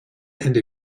and